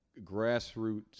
grassroots